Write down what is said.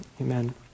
amen